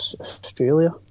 Australia